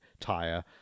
tire